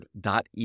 dot